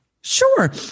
Sure